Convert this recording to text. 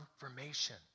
confirmation